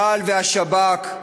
צה"ל והשב"כ,